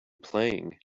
playing